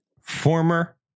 former